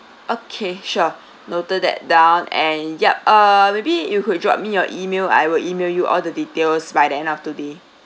okay sure noted that down and yup uh maybe you could drop me your email I will email you all the details by the end of today